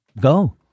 Go